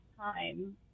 time